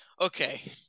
okay